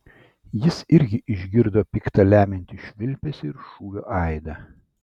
jis irgi išgirdo pikta lemiantį švilpesį ir šūvio aidą